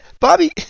bobby